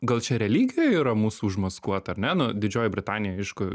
gal čia religijoj yra mūsų užmaskuota ar ne nu didžioji britanija aišku